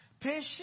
Patient